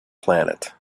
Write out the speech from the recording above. planet